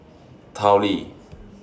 Tao Li